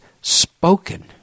spoken